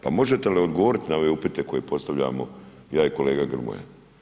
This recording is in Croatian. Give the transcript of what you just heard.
Pa možete li odgovoriti na ove upite koje postavljamo ja i kolega Grmoja?